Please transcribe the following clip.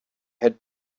had